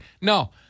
No